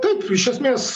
taip iš esmės